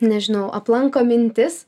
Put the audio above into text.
nežinau aplanko mintis